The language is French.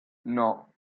non